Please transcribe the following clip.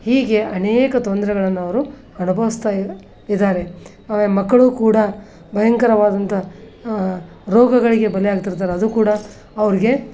ಹೀಗೆ ಅನೇಕ ತೊಂದರೆಗಳನ್ನು ಅವರು ಅನುಭವಿಸ್ತಾ ಇದ್ದಾರೆ ಮಕ್ಕಳೂ ಕೂಡ ಭಯಂಕರವಾದಂಥ ರೋಗಗಳಿಗೆ ಬಲಿಯಾಗ್ತಿರ್ತಾರೆ ಅದು ಕೂಡ ಅವ್ರಿಗೆ